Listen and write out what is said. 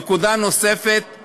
נקודה נוספת,